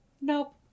Nope